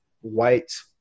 white